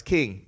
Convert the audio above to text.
King